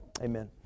Amen